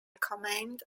command